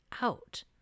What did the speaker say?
out